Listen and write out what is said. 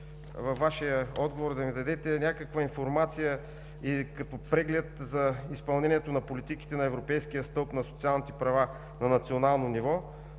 във Вашия отговор да ми дадете някаква информация и като преглед за изпълнението политиките на Европейския стълб на социалните права на национално ниво